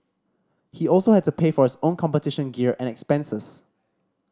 he also had to pay for his own competition gear and expenses